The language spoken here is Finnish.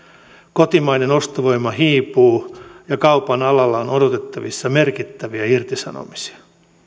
kotimainen ostovoima hiipuu ja kaupan alalla on odotettavissa merkittäviä irtisanomisia